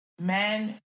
men